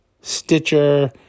Stitcher